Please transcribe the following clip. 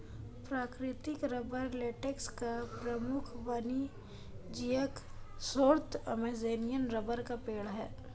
प्राकृतिक rubber latex का प्रमुख वाणिज्यिक स्रोत अमेज़ॅनियन रबर का पेड़ है